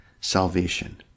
salvation